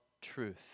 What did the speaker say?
truth